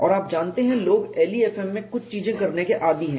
और आप जानते हैं लोग LEFM में कुछ चीजें करने के आदी हैं